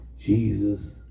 Jesus